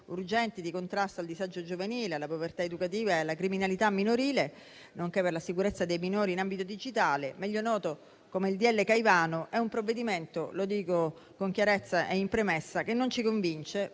urgenti di contrasto al disagio giovanile, alla povertà educativa e alla criminalità minorile, nonché per la sicurezza dei minori in ambito digitale", meglio noto come decreto-legge Caivano) è un provvedimento - lo dico con chiarezza e in premessa - che non ci convince